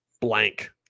blank